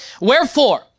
Wherefore